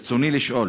ברצוני לשאול: